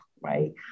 right